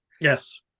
yes